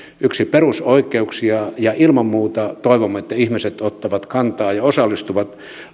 yksi perusoikeuksia ja ilman muuta toivomme että ihmiset ottavat kantaa ja osallistuvat